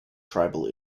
tribal